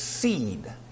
Seed